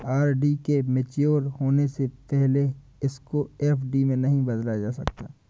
RD के mature होने से पहले इसको एफ.डी में नहीं बदला जा सकता